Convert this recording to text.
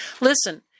Listen